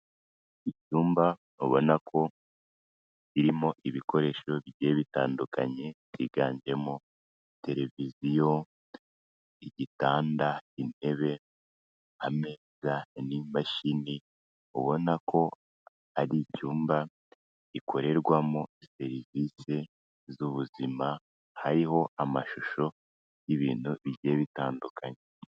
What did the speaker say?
Icyumba ubona ko kirimo ibikoresho bigiye bitandukanye byiganjemo televiziyo, igitanda, intebe, ameza n'imashini ubona ko ari icyumba gikorerwamo serivisi z'ubuzima, hariho amashusho y'ibintu bigiye bitandukanye.